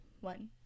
one